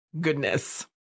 goodness